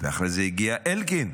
ואחרי זה הגיע אלקין,